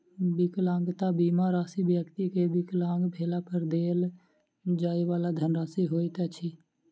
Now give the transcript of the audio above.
विकलांगता बीमा राशि व्यक्ति के विकलांग भेला पर देल जाइ वाला धनराशि होइत अछि